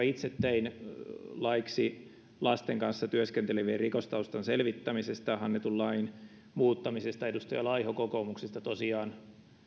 itse tein lakialoitteen laiksi lasten kanssa työskentelevien rikostaustan selvittämisestä annetun lain muuttamisesta ja edustaja laiho kokoomuksesta tosiaan